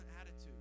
attitude